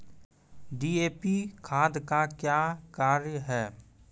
DAP खाद का क्या कार्य हैं?